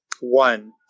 One